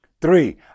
Three